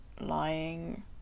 lying